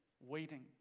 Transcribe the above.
waiting